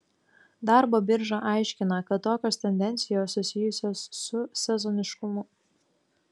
darbo birža aiškina kad tokios tendencijos susijusios su sezoniškumu